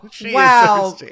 Wow